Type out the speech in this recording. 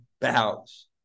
bows